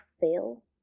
fail